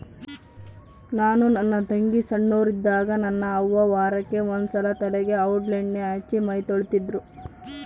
ನಾನು ನನ್ನ ತಂಗಿ ಸೊಣ್ಣೋರಿದ್ದಾಗ ನನ್ನ ಅವ್ವ ವಾರಕ್ಕೆ ಒಂದ್ಸಲ ತಲೆಗೆ ಔಡ್ಲಣ್ಣೆ ಹಚ್ಚಿ ಮೈತೊಳಿತಿದ್ರು